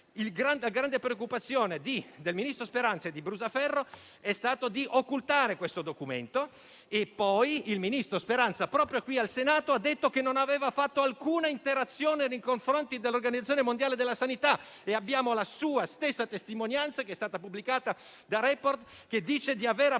La grande preoccupazione del ministro Speranza e di Brusaferro è stata di occultare il documento; dopodiché, il ministro Speranza, proprio qui al Senato, ha detto che non aveva fatto alcuna pressione nei confronti dell'Organizzazione mondiale della sanità, e abbiamo la sua stessa testimonianza, pubblicata da «Report», che dice di aver appena